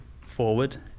forward